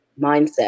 mindset